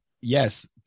Yes